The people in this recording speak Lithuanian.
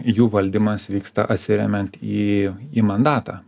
jų valdymas vyksta atsiremiant į į mandatą